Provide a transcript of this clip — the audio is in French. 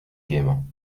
gaiement